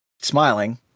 smiling